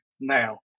Now